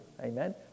amen